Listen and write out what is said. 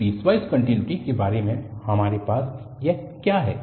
तो piecewise continuity के बारे में हमारे पास यह क्या है